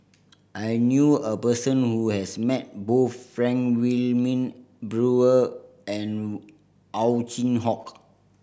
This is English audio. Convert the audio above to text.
I knew a person who has met both Frank Wilmin Brewer and Ow Chin Hock